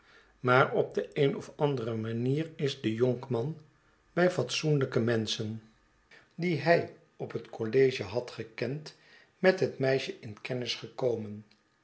maar op de een of andere manier is de jonkman by fatsoenlijke menschen die hij op het college had gekend met het meisje in kennis gekomen